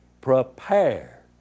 Prepare